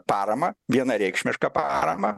paramą vienareikšmišką paramą